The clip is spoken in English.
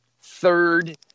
third